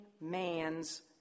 man's